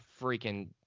freaking